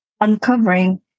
uncovering